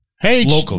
Hey